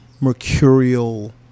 mercurial